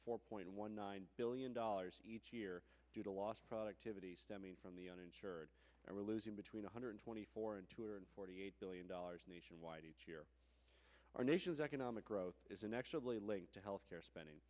four point one nine billion dollars each year due to lost productivity stemming from the uninsured are losing between one hundred twenty four and two hundred forty eight billion dollars nationwide each year our nation's economic growth is inexorably linked to health care spending